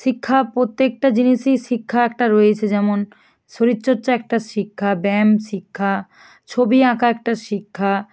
শিক্ষা প্রত্যেকটা জিনিসই শিক্ষা একটা রয়েছে যেমন শরীর চর্চা একটা শিক্ষা ব্যায়াম শিক্ষা ছবি আঁকা একটা শিক্ষা